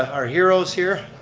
our heroes here,